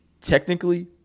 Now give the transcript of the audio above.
technically –